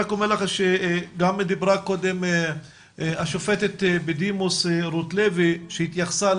אומר לך שקודם דיברה השופטת בדימוס רוטלוי שהתייחסה